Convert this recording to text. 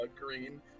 green